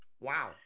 Wow